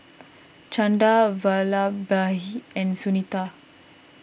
Chanda Vallabhbhai and Sunita